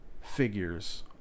figures